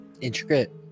Intricate